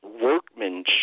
workmanship